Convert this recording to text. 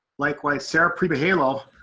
likewise, sarah prebihalo,